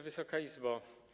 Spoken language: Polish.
Wysoka Izbo!